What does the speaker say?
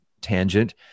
tangent